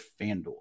FanDuel